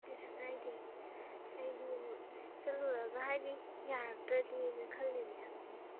ꯀꯩꯁꯨ ꯀꯥꯏꯗꯦ ꯑꯩꯗꯤ ꯑꯃꯨꯛ ꯆꯠꯂꯨꯔꯒ ꯍꯥꯏꯗꯤ ꯌꯥꯔꯛꯇ꯭ꯔꯗꯤꯅ ꯈꯜꯂꯤꯅꯦ ꯍꯥꯏꯕ ꯑꯃꯨꯛꯁꯨ